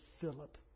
Philip